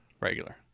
Regular